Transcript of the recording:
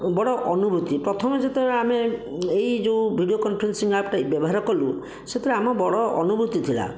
ବଡ଼ ଅନୁଭୂତି ପ୍ରଥମେ ଯେତେବେଳେ ଆମେ ଏହି ଯେଉଁ ଭିଡ଼ିଓ କନଫରେନ୍ସିଂ ଆପ୍ଟା ବ୍ୟବହାର କଲୁ ସେତେବେଳେ ଆମ ବଡ଼ ଅନୁଭୂତି ଥିଲା